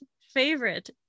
favorite